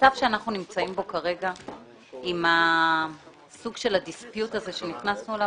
המצב שאנחנו נמצאים בו כרגע עם הסוג של הדיספיוט הזה שנכנסנו אליו,